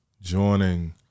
joining